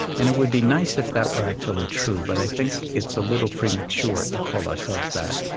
and it would be nice if that were actually true, but i think it's a little premature to call ourselves that.